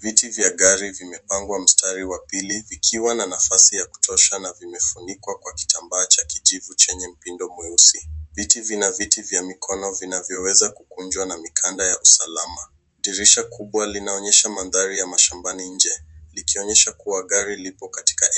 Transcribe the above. Viti vya gari vimepangwa mstari wa pili vikiwa na nafasi za kutosha na vimefunikwa kwa kitambaa cha kijivu chenye upindo mweusi. Viti vina viti vya mikono vinavyo weza kukunjwa na mikanda ya usalama. Dirisha kubwa linaonyesha mandhari ya mashambani nje likionyesha kuwa gari liko